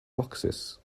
boxes